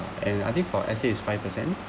and I think for S_A is five percent